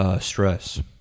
Stress